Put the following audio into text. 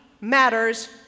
matters